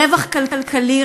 רווח כלכלי,